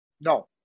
No